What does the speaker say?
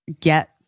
get